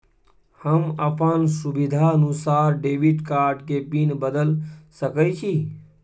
हम अपन सुविधानुसार डेबिट कार्ड के पिन बदल सके छि?